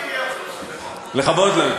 לכבוד לנו.